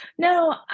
No